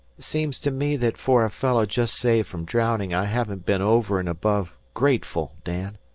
seems to me that for a fellow just saved from drowning i haven't been over and above grateful, dan.